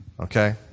okay